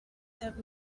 that